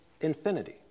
infinity